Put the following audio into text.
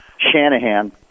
Shanahan